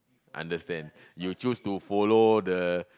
I understand you will choose to follow the